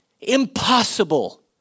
impossible